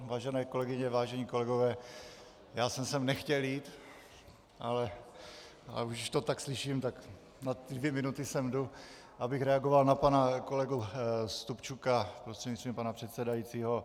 Vážené kolegyně, vážení kolegové, já jsem sem nechtěl jít, ale když to tak slyším, tak na dvě minuty sem jdu, abych reagoval na pana kolegu Stupčuka, prostřednictvím pana předsedajícího.